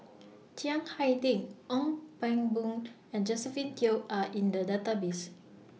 Chiang Hai Ding Ong Pang Boon and Josephine Teo Are in The Database